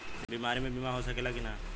बीमारी मे बीमा हो सकेला कि ना?